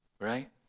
right